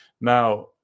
now